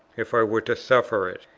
if i were to suffer it.